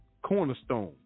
cornerstone